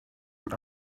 and